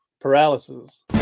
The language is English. paralysis